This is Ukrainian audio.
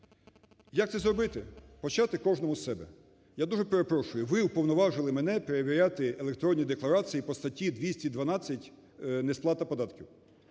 Як це зробити? Почати кожному з себе. Я дуже перепрошую, ви уповноважили мене перевіряти електронні декларації по статті 212 "Несплата податків".